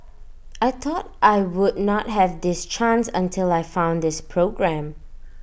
I thought I would not have this chance until I found this programme